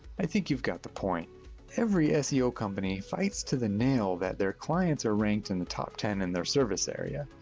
i think you've got the point every seo company fights to the nail that their clients are ranked in the top ten in their service area.